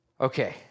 Okay